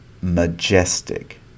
Majestic